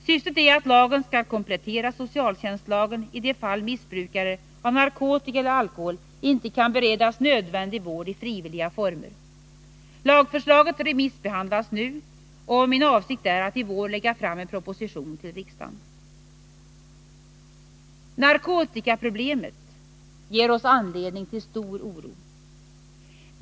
Syftet är att lagen skall komplettera socialtjänstlagen i de fall missbrukare av narkotika eller alkohol inte kan beredas nödvändig vård i frivilliga former. Lagförslaget remissbehandlas nu, och min avsikt är att i vår lägga fram en proposition till riksdagen. Narkotikaproblemet ger anledning till stor oro.